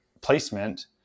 placement